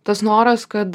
tas noras kad